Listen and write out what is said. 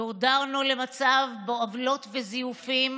דורדרנו למצב שבו עוולות וזיופים